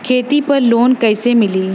खेती पर लोन कईसे मिली?